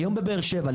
היום בבאר שבע,